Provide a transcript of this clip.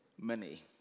money